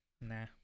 Nah